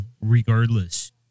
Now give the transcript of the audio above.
regardless